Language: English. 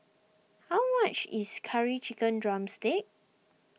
how much is Curry Chicken Drumstick